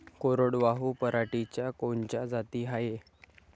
कोरडवाहू पराटीच्या कोनच्या जाती हाये?